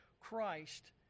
Christ